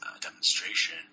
demonstration